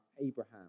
Abraham